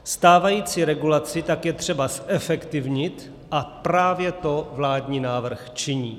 Stávající regulaci tak je třeba zefektivnit a právě to vládní návrh činí.